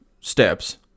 steps